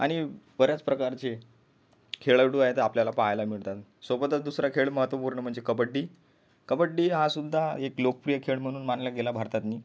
आणि बऱ्याच प्रकारचे खेळाडू आहेत आपल्याला पहायला मिळतात सोबतच दुसरा खेळ महत्त्वपूर्ण म्हणजे कबड्डी कबड्डी हासुद्धा एक लोकप्रिय खेळ म्हणून मानला गेला भारतातनी